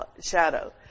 shadow